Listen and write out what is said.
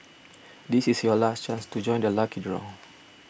this is your last chance to join the lucky draw